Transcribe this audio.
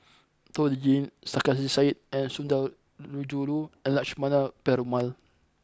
Toh Liying Sarkasi Said and Sundarajulu and Lakshmana Perumal